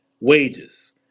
wages